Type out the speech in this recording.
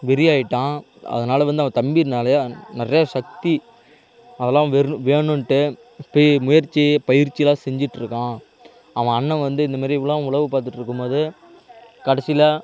வெறியாயிட்டான் அதனால் வந்து அவன் தம்பி நிறையா நிறையா சக்தி அதெல்லாம் வேணும்ட்டு போய் முயற்சி பயிற்சிலாம் செஞ்சிட்டுருக்கான் அவன் அண்ணன் வந்து இந்தமாரிலாம் உளவு பார்த்துட்ருக்கும்போது கடைசியில்